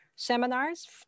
seminars